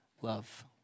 Love